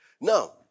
Now